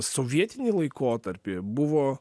sovietinį laikotarpį buvo